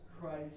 Christ